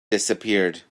disappeared